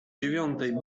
dziewiątej